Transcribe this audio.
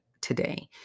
today